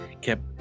kept